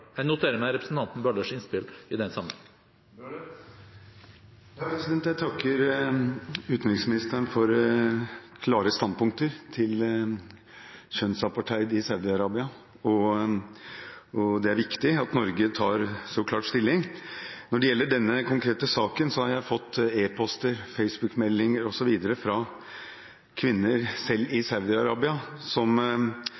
Jeg noterer meg representanten Bøhlers innspill i den sammenheng. Jeg takker utenriksministeren for klare standpunkter mot kjønnsapartheid i Saudi-Arabia. Det er viktig at Norge tar en så klar stilling. Når det gjelder denne konkrete saken, har jeg fått e-poster, Facebook-meldinger osv. fra selv kvinner i Saudi-Arabia som er glad for at man tar dette opp også andre steder i